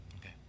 Okay